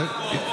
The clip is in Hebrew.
יואב פה.